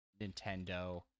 Nintendo